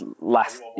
Last